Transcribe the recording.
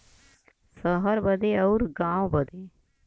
सहर बदे अउर गाँव बदे